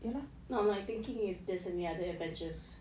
no I'm like thinking if there's any other avengers